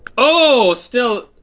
oh, still,